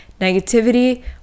negativity